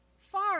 far